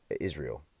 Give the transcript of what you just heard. Israel